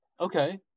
Okay